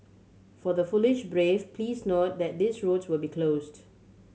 for the foolish brave please note that these roads will be closed